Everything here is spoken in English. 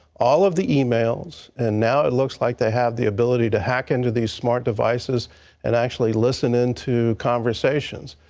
all of the e-mails, and now it looks likes like they have the ability to hack into these smart devices and actually listen into conversations.